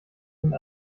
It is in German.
sind